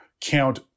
count